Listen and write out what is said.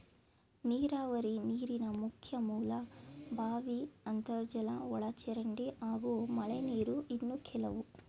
ನೀರಾವರಿ ನೀರಿನ ಮುಖ್ಯ ಮೂಲ ಬಾವಿ ಅಂತರ್ಜಲ ಒಳಚರಂಡಿ ಹಾಗೂ ಮಳೆನೀರು ಇನ್ನು ಕೆಲವು